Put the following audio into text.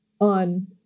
on